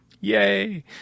Yay